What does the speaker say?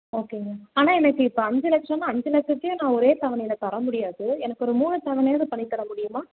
ஓகேங்க ஆனால் எனக்கு இப்போ அஞ்சு லட்சம்னால் அஞ்சு லட்சத்தையும் நான் ஒரே தவணையில் தர முடியாது எனக்கு ஒரு மூணு தவணையில் பண்ணித்தர முடியுமா